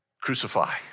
crucify